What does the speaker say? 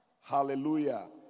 Hallelujah